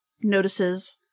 notices